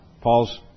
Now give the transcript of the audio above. Paul's